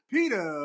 Peter